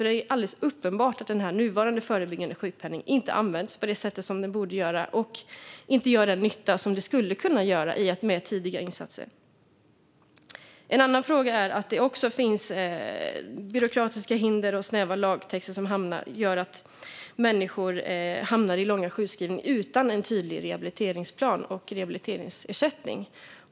Det är alldeles uppenbart att den nuvarande förebyggande sjukpenningen inte används på det sätt som den borde och inte gör den nytta som den skulle kunna göra med tidiga insatser. En annan fråga handlar om att det också finns byråkratiska hinder och snäva lagtexter som gör att människor hamnar i långa sjukskrivningar utan en tydlig rehabiliteringsplan och utan rehabiliteringsersättning.